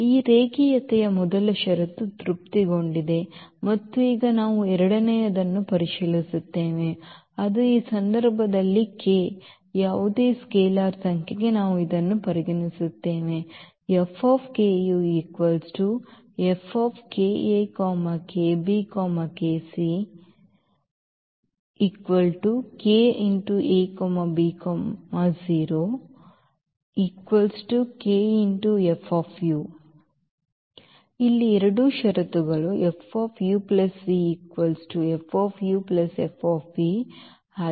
ಈ ರೇಖೀಯತೆಯ ಮೊದಲ ಷರತ್ತು ತೃಪ್ತಿಗೊಂಡಿದೆ ಮತ್ತು ಈಗ ನಾವು ಎರಡನೆಯದನ್ನು ಪರಿಶೀಲಿಸುತ್ತೇವೆ ಅದು ಈ ಸಂದರ್ಭದಲ್ಲಿ k ಯಾವುದೇ ಸ್ಕೇಲಾರ್ ಸಂಖ್ಯೆಗೆ ನಾವು ಇದನ್ನು ಪರಿಗಣಿಸುತ್ತೇವೆ ಇಲ್ಲಿ ಎರಡೂ ಷರತ್ತುಗಳು ಮತ್ತು